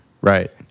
Right